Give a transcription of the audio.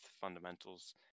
fundamentals